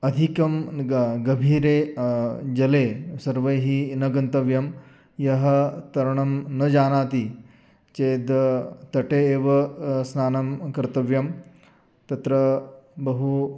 अधिकं ग गभीरे जले सर्वैः न गन्तव्यं यः तरणं न जानाति चेद् तटे एव स्नानं कर्तव्यं तत्र बहु